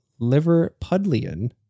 Liverpudlian